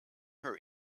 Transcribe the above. her